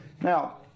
Now